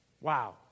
Wow